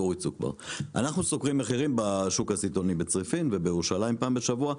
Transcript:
אנחנו סוקרים מחירים בשוק הסיטונאים בצריפין ובירושלים פעם בשבוע.